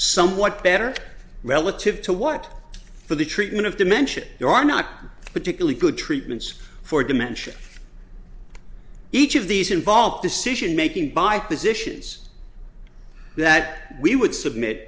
somewhat better relative to what for the treatment of dimentia there are not particularly good treatments for dementia each of these involve decision making by physicians that we would submit